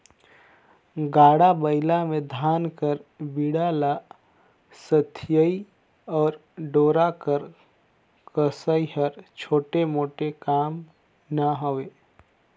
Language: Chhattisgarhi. गाड़ा बइला मे धान कर बीड़ा ल सथियई अउ डोरा कर कसई हर छोटे मोटे काम ना हवे